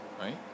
right